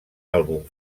àlbum